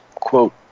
quote